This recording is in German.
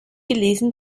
gelesen